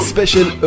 Special